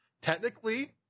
technically